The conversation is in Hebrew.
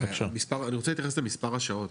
אני רוצה להתייחס למספר השעות,